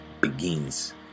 begins